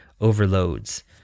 overloads